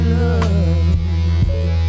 love